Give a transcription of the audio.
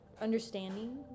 understanding